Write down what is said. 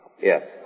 Yes